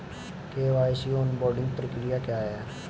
KYC onboarding प्रक्रिया क्या है?